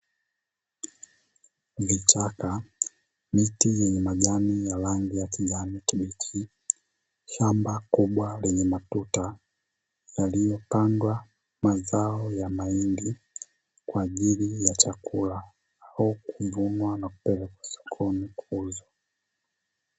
Vichaka, miti yenye majani ya rangi ya kijani kibichi, shamba kubwa lenye matuta yaliyopandwa mazao ya mahindi kwa ajili ya chakula au kuvunwa na kupelekwa sokoni kuuzwa.